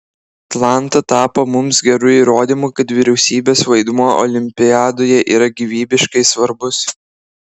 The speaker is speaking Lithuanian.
atlanta tapo mums geru įrodymu kad vyriausybės vaidmuo olimpiadoje yra gyvybiškai svarbus